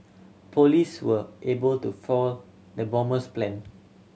police were able to foil the bomber's plan